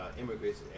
immigrants